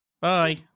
Bye